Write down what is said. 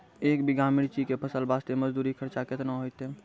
एक बीघा मिर्ची के फसल वास्ते मजदूरी खर्चा केतना होइते?